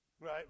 Right